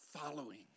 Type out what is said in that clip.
following